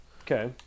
Okay